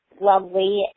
lovely